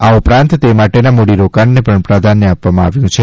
આ ઉપરાંત તે માટેના મૂડીરોકાણને પણ પ્રાધાન્ય આપવામાં આવ્યું છે